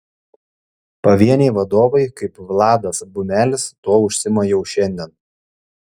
pavieniai vadovai kaip vladas bumelis tuo užsiima jau šiandien